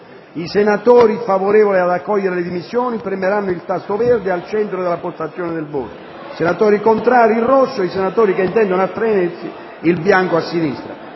I senatori favorevoli ad accogliere le dimissioni premeranno il tasto verde al centro della postazione di voto; i senatori contrari il rosso; i senatori che intendono astenersi il bianco a sinistra.